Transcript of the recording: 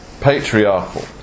patriarchal